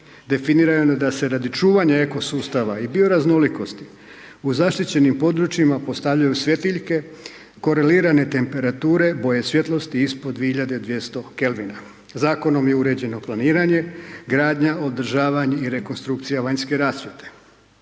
Definirano je da se radi čuvanja ekosustava i bio raznolikosti u zaštićenim područjima postavljaju svjetiljke korelirane temperature, boje svjetlosti ispod 2200K. Zakonom je uređeno planiranje, gradnja, održavanje i rekonstrukcija vanjske rasvjete.